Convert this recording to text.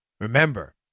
Remember